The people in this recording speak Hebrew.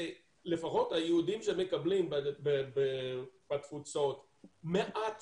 לפחות היהודים שמקבלים בתפוצות מעט